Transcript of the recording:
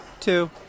Two